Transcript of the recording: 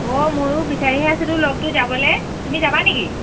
অ' ময়ো বিচাৰিহে আছিলোঁ লগটো যাবলৈ তুমি যাবা নেকি